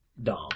Dom